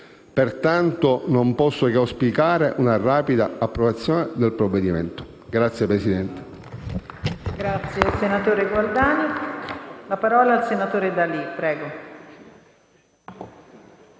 Pertanto, non posso che auspicare una rapida approvazione del provvedimento.